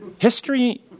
History